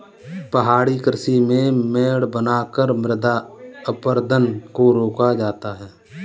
पहाड़ी कृषि में मेड़ बनाकर मृदा अपरदन को रोका जाता है